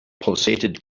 pulsated